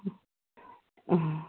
ഉം ആ